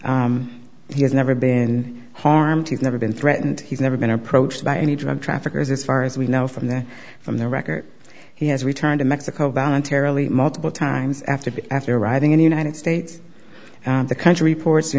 he has never been harmed he's never been threatened he's never been approached by any drug traffickers as far as we know from the from the record he has returned to mexico voluntarily multiple times after after arriving in the united states the country port